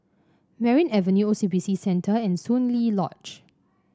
Merryn Avenue O C B C Centre and Soon Lee Lodge